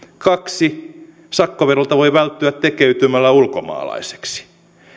kaksi sakkoverolta voi välttyä tekeytymällä ulkomaalaiseksi